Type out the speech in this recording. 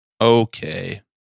Okay